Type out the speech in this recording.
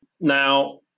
Now